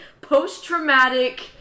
post-traumatic